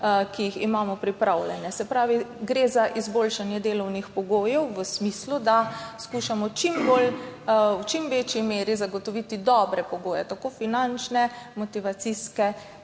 ki jih imamo pripravljene, sem jih pa naštela. Gre za izboljšanje delovnih pogojev v smislu, da skušamo v čim večji meri zagotoviti dobre pogoje, finančne, motivacijske,